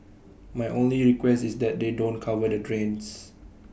my only request is that they don't cover the drains